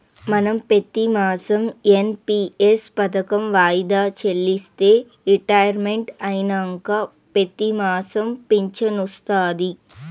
మనం పెతిమాసం ఎన్.పి.ఎస్ పదకం వాయిదా చెల్లిస్తే రిటైర్మెంట్ అయినంక పెతిమాసం ఫించనొస్తాది